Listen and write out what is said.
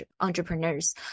entrepreneurs